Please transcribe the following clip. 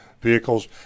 vehicles